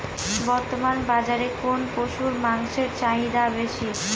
বর্তমান বাজারে কোন পশুর মাংসের চাহিদা বেশি?